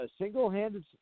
Single-handed